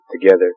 together